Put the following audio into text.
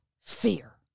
fear